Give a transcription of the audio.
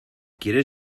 quieres